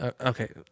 Okay